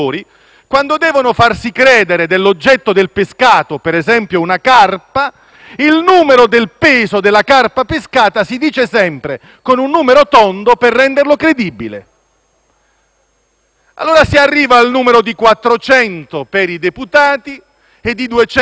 una carpa: il peso della carpa pescata si dice sempre con un numero tondo, per renderlo credibile. Si arriva così al numero di 400 per i deputati e di 200 per i senatori, perché è come se avesse una melodia da geometria.